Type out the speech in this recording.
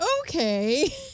okay